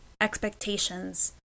expectations